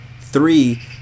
three